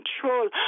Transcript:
control